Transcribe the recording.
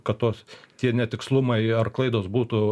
kad tos tie netikslumai ar klaidos būtų